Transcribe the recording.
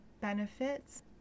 benefits